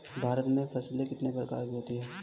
भारत में फसलें कितने प्रकार की होती हैं?